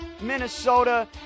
Minnesota